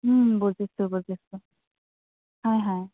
বুজিছোঁ বুজিছোঁ হয় হয়